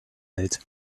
welt